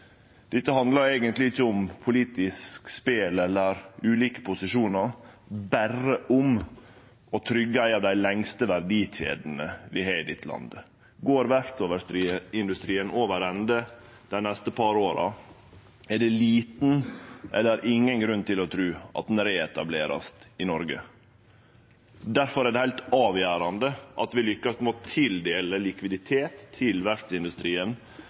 Dette handlar eigentleg ikkje om politisk spel eller ulike posisjonar – berre om å tryggje ei av dei lengste verdikjedene vi har i dette landet. Går verftsindustrien over ende dei neste par åra, er det liten eller ingen grunn til å tru at han vert reetablert i Noreg. Difor er det heilt avgjerande at vi lukkast med å tildele likviditet til